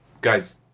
guys